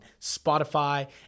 Spotify